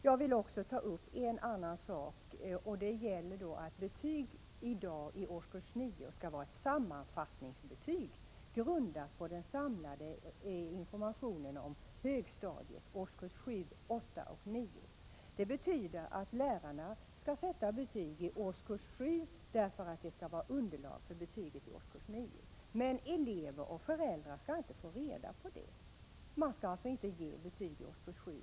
Jag vill ta upp en annan sak, och det är att betygen i dag i årskurs 9 skall vara ett sammanfattningsbetyg, grundat på den samlade informationen från högstadiet, alltså årskurserna 7, 8 och 9. De betyg läraren sätter i årskurs 7 skall vara underlag för betygen i årskurs 9 men eleverna och föräldrarna skall inte få reda på det. Man skall alltså inte ge betyg i årskurs 7.